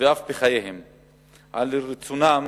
ואף בחייהם על רצונם